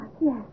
yes